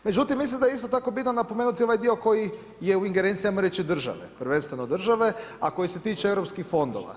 Međutim, mislim da je isto tako bitno napomenuti i ovaj dio koji je u ingerencijama ajmo reći države, prvenstveno države a koji se tiče europskih fondova.